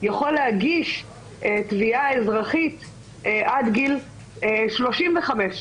יכול להגיש תביעה אזרחית עד גיל 35,